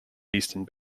eastern